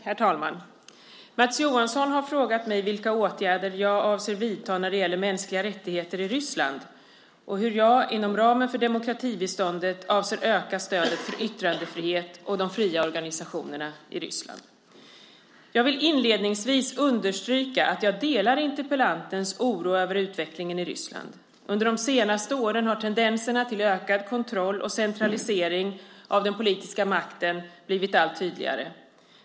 Herr talman! Mats Johansson har frågat mig vilka åtgärder jag avser att vidta när det gäller mänskliga rättigheter i Ryssland och hur jag inom ramen för demokratibiståndet avser att öka stödet för yttrandefrihet och de fria organisationerna i Ryssland. Jag vill inledningsvis understryka att jag delar interpellantens oro över utvecklingen i Ryssland. Under de senaste åren har tendenserna till ökad kontroll och centralisering av den politiska makten blivit allt tydligare.